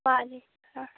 ꯋꯥꯠꯂꯤ ꯈꯔ